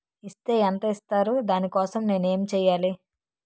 Is తే ఎంత ఇస్తారు దాని కోసం నేను ఎంచ్యేయాలి?